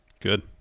Good